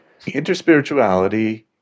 interspirituality